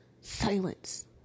Silence